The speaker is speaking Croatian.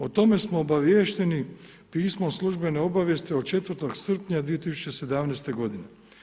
O tome smo obaviješteni pismom službene obavijesti od 4. srpnja 2017. godine.